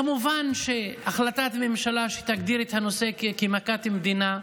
כמובן, החלטת ממשלה שתגדיר את הנושא כמכת מדינה,